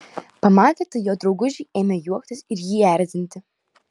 pamatę tai jo draugužiai ėmė juoktis ir jį erzinti